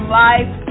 life